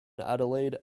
adelaide